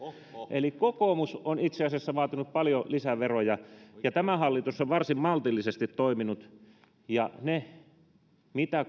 eli kokoomus on itse asiassa vaatinut paljon lisäveroja ja tämä hallitus on varsin maltillisesti toiminut ja niillä korotuksilla mitä